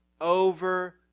Over